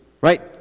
Right